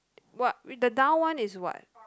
what the down one is what